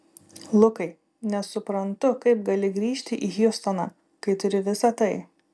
lukai nesuprantu kaip gali grįžti į hjustoną kai turi visa tai